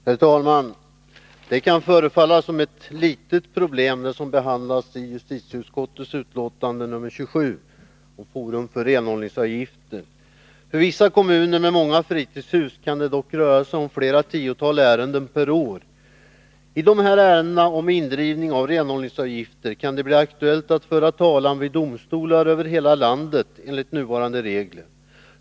Herr talman! Det kan förefalla vara ett litet problem, det som behandlas i justitieutskottets betänkande nr 27 om forum för renhållningsavgifter. För vissa kommuner med många fritidshus kan det dock röra sig om flera tiotal ärenden per år. I dessa ärenden om indrivning av renhållningsavgifter kan det enligt nuvarande regler bli aktuellt att föra talan vid domstolar över hela landet.